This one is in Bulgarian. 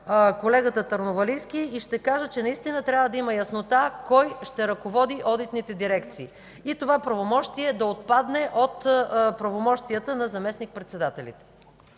колегата Търновалийски и ще кажа, че наистина трябва да има яснота кой ще ръководи одитните дирекции. И това правомощие да отпадне от правомощията на заместник-председателите.